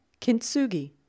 Kintsugi